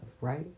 right